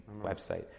website